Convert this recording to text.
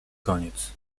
koniec